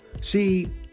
See